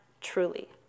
truly